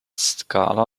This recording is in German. skala